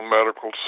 Medical